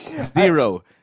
Zero